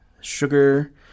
sugar